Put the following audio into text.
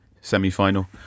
semi-final